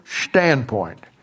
standpoint